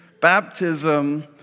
Baptism